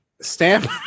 stamp